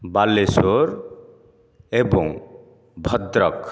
ବାଲେଶ୍ୱର ଏବଂ ଭଦ୍ରକ